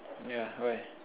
yeah why